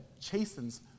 chastens